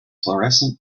florescent